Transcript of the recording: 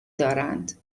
دارند